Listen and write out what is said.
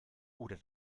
oder